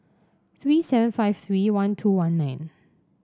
three seven five three one two one nine